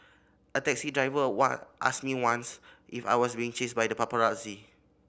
a taxi driver one asked me once if I was being chased by the paparazzi